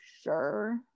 sure